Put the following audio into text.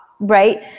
Right